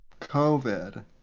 covid